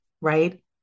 right